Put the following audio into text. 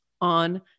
on